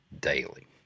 daily